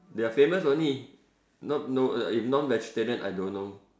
they're famous only no no uh if non vegetarian I don't know